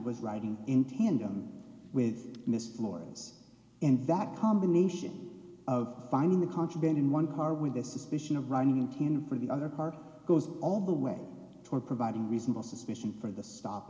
was writing in tandem with miss florence and that combination of finding the contraband in one car with a suspicion of running in tandem for the other car goes all the way toward providing reasonable suspicion for the stop